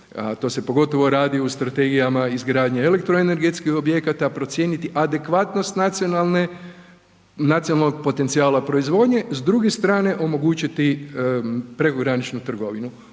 to se pogotovo radi u strategijama izgradnje elektroenergetskih objekata, procijeniti adekvatnost nacionalne, nacionalnog potencijala proizvodnje, s druge strane omogućiti prekograničnu trgovinu.